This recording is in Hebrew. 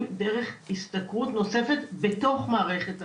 דרך השתכרות נוספת בתוך מערכת החינוך.